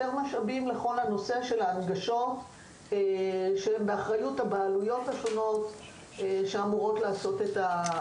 משאבים לנושא של ההנגשות שהן באחריות הבעלויות השונות שאמורות לעשות אותן,